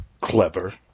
clever